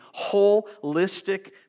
holistic